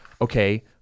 okay